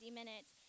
minutes